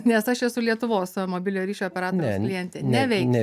nes aš esu lietuvos mobiliojo ryšio operatorių klientė neveiks